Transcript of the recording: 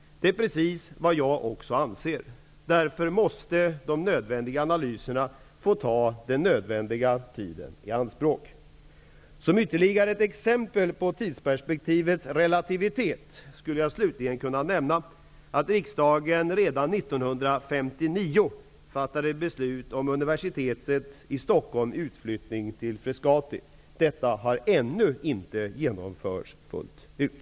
Det är precis vad jag också anser. Därför måste nödvändiga analyser få ta nödvändig tid i anspråk. Som ytterligare ett exempel på tidsperspektivets relativitet skulle jag slutligen kunna nämna att riksdagen redan 1959 fattade beslut om Detta har ännu inte genomförts fullt ut.